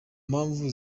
mpamvu